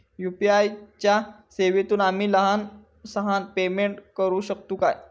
UPI च्या सेवेतून आम्ही लहान सहान पेमेंट करू शकतू काय?